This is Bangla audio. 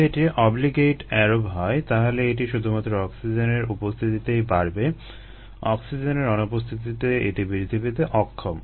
যদি এটি অব্লিগেইট অ্যারোব হয় তাহলে এটি শুধুমাত্র অক্সিজেনের উপস্থিতিতেই বাড়বে অক্সিজেনের অনুপস্থিতিতে এটি বৃদ্ধি পেতে অক্ষম